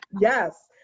yes